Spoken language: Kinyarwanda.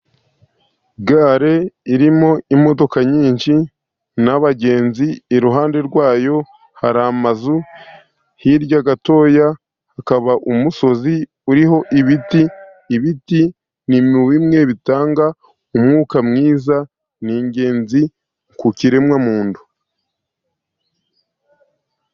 Gare irimo imodoka nyinshi n'abagenzi, iruhande rwayo hari amazu hirya gato hakaba umusozi uriho ibiti, ibiti ni muri bimwe bitanga umwuka mwiza, ni ingenzi ku kiremwamuntu.